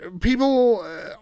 people